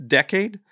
decade